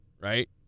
right